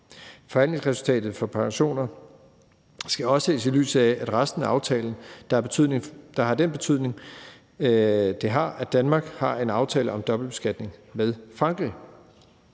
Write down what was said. Forhandlingsresultatet for pensioner skal også ses i lyset af resten af aftalen, der har den betydning, det har, at Danmark har en aftale om dobbeltbeskatning med Frankrig.